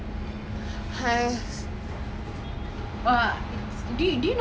ya like everyone like when he came down to the audience right it was so good